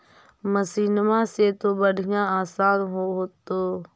मसिनमा से तो बढ़िया आसन हो होतो?